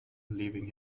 leaving